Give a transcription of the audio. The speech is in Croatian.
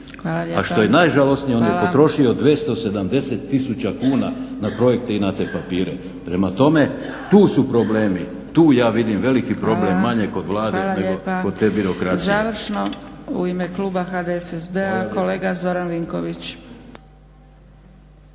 A što je najžalosnije on je potrošio 270 tisuća kuna na projekte i na te papire. Prema tome tu su problemi, tu ja vidim veliki problem, manje kod Vlade nego kod te birokracije.